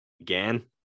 Again